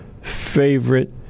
favorite